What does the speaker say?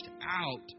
out